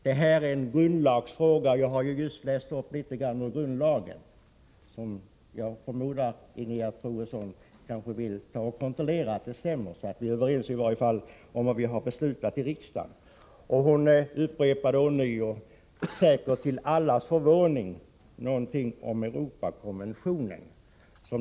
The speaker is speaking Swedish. Detta är en grundlagsfråga. Jag har just läst upp litet av grundlagen, och jag förmodar att Ingegerd Troedsson vill kontrollera att det stämmer, så att vi i varje fall är överens om vad vi har beslutat i riksdagen. Hon upprepade ånyo, säkert till allas förvåning, någonting om Europakonventionen.